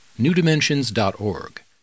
newdimensions.org